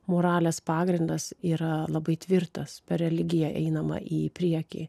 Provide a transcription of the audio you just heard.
moralės pagrindas yra labai tvirtas per religiją einama į priekį